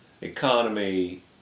economy